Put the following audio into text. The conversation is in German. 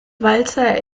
walzer